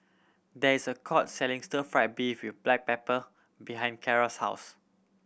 there is a court selling stir fried beef with black pepper behind Keara's house